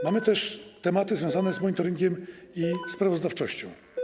Mamy też tematy związane z monitoringiem i sprawozdawczością.